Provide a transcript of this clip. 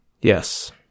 Yes